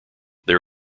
there